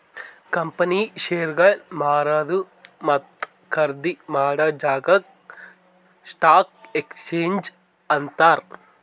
ಕಂಪನಿದು ಶೇರ್ಗೊಳ್ ಮಾರದು ಮತ್ತ ಖರ್ದಿ ಮಾಡಾ ಜಾಗಾಕ್ ಸ್ಟಾಕ್ ಎಕ್ಸ್ಚೇಂಜ್ ಅಂತಾರ್